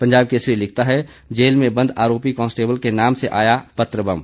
पंजाब केसरी लिखता है जेल में बंद आरोपी कॉस्टेबल के नाम से आया पत्र बम